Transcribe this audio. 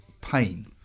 pain